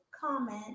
comment